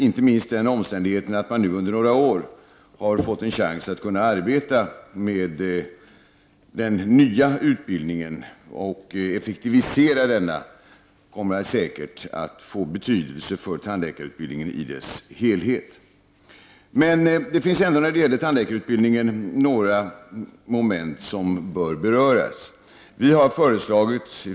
Inte minst den omständigheten att man nu under några år har fått en chans att arbeta med den nya utbildningen — och effektivisera denna — kommer säkert att få betydelse för tandläkarutbildningen i dess helhet. Men det finns ändå beträffande tandläkarutbildningen några moment som bör beröras.